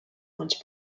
once